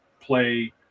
play